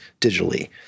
digitally